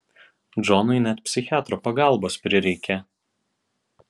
džonui net psichiatro pagalbos prireikė